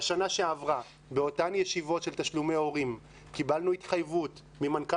בשנה שעברה באותן ישיבות של תשלומי הורים קיבלנו התחייבות ממנכ"ל